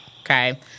Okay